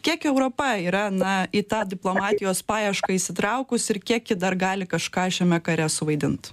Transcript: kiek europa yra na į tą diplomatijos paiešką įsitraukus ir kiek ji dar gali kažką šiame kare suvaidint